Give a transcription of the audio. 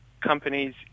companies